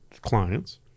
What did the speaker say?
clients